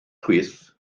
chwith